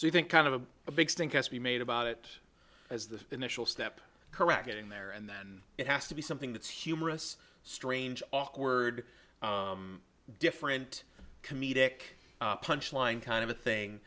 i think kind of a big stink eye to be made about it as the initial step correct getting there and then it has to be something that's humorous strange awkward different comedic punchline kind of a thing